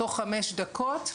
תוך חמש דקות,